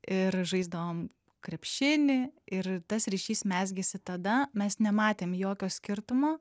ir žaisdavom krepšinį ir tas ryšys mezgėsi tada mes nematėm jokio skirtumo